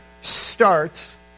starts